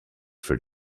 for